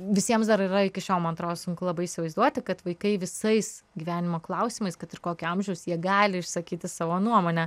visiems dar yra iki šiol man atrodo sunku labai įsivaizduoti kad vaikai visais gyvenimo klausimais kad ir kokio amžiaus jie gali išsakyti savo nuomonę